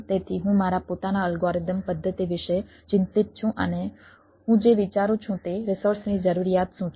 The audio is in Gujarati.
તેથી હું મારા પોતાના અલ્ગોરિધમ પદ્ધતિ વિશે ચિંતિત છું અને હું જે વિચારું છું તે રિસોર્સની જરૂરિયાત શું છે